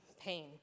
pain